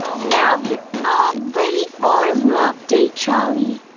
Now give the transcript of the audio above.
now you're all ready for love day, trolley.